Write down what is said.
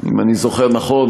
אם אני זוכר נכון,